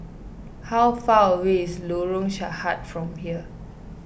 how far away is Lorong Sahad from here